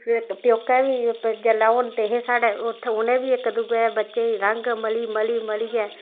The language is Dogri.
फिर प्योकै बी जेल्लै होंदे हे साढ़े उत्थै उ'नें बी इक दुए दे बच्चे गी रंग मली मलियै